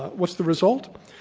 what's the result?